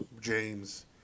james